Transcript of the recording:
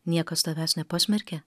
niekas tavęs nepasmerkė